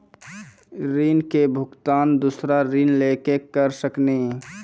ऋण के भुगतान दूसरा ऋण लेके करऽ सकनी?